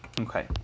Okay